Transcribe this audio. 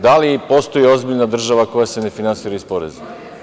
Da li postoji ozbiljna država koja se ne finansira iz poreza?